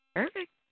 Perfect